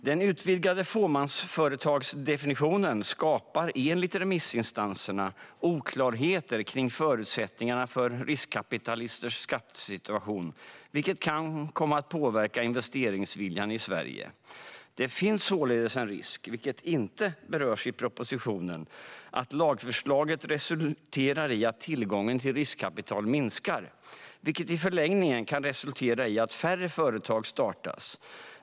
Den utvidgade fåmansföretagsdefinitionen skapar enligt remissinstanserna oklarheter kring förutsättningarna för riskkapitalisters skattesituation, vilket kan komma att påverka investeringsviljan i Sverige. Det finns således en risk - detta berörs inte i propositionen - att lagförslaget resulterar i att tillgången till riskkapital minskar, vilket i förlängningen kan resultera i att färre företag startas.